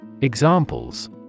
Examples